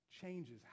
changes